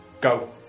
go